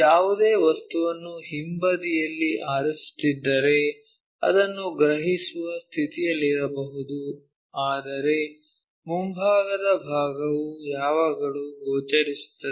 ಯಾವುದೇ ವಸ್ತುವನ್ನು ಹಿಂಬದಿಯಲ್ಲಿ ಆರಿಸುತ್ತಿದ್ದರೆ ಅದನ್ನು ಗ್ರಹಿಸುವ ಸ್ಥಿತಿಯಲ್ಲಿಲ್ಲದಿರಬಹುದು ಆದರೆ ಮುಂಭಾಗದ ಭಾಗವು ಯಾವಾಗಲೂ ಗೋಚರಿಸುತ್ತದೆ